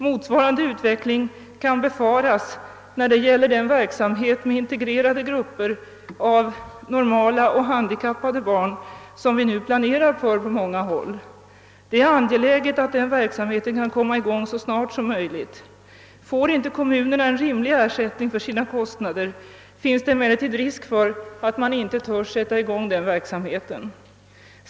Motsvarande utveckling kan befaras när det gäller den verksamhet med integrerade grupper av normala och handikappade barn, som nu planeras på många håll. Det är angeläget att denna verksamhet kan komma i gång så snart som möjligt. Får inte kommunerna en rimlig ersättning för sina kostnader, finns det emellertid risk för att man inte törs satsa på denna verksamhet.